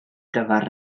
gyfer